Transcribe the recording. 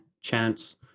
chance